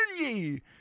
ye